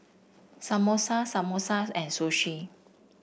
Samosa Samosa and Sushi